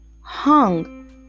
hung